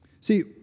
See